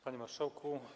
Panie Marszałku!